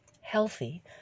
healthy